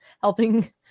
helping